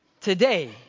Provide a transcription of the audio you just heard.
Today